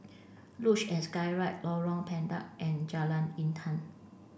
Luge and Skyride Lorong Pendek and Jalan Intan